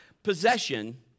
Possession